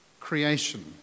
Creation